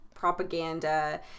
Propaganda